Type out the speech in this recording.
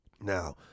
Now